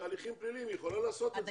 הליכים פליליים, היא יכולה לעשות את זה.